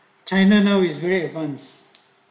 china is very advance